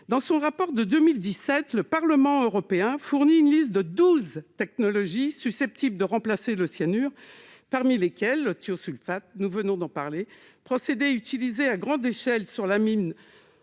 Dans son rapport de 2017, le Parlement européen fournit une liste de douze technologies susceptibles de remplacer le cyanure, parmi lesquelles figure le thiosulfate, que nous venons d'évoquer, qui est utilisé à grande échelle par la